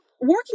Working